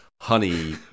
Honey